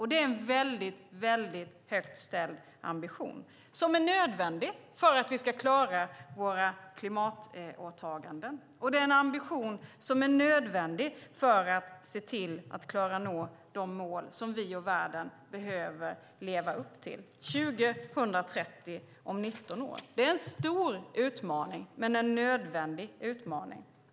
Det är en högt ställd ambition, som är nödvändig för att vi ska klara våra klimatåtaganden. Det är en ambition som är nödvändig för att vi ska klara av att nå de mål som vi och världen behöver leva upp till - 2030 om 19 år. Det är en stor och nödvändig utmaning.